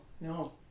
no